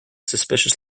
suspicious